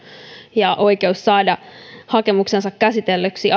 ja oikeus saada hakemuksensa käsitellyksi